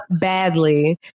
badly